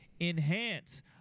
enhance